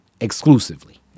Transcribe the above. exclusively